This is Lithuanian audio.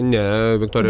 ne viktorija